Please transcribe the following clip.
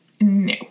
no